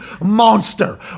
monster